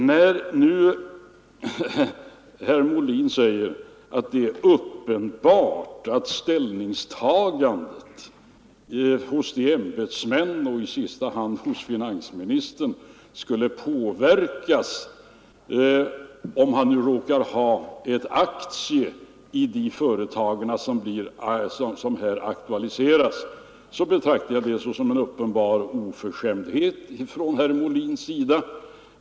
När nu herr Molin säger att det är uppenbart att ställningstagandet Nr 113 hos berörda ämbetsmän och i sista hand hos finansministern skulle på Tisdagen den verkas om vederbörande nu också har aktier i de företag som här ak 5 november 1974 tualiserats, så betraktar jag det som en uppenbar oförskämdhet från herr Molins sida.